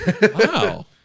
Wow